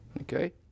okay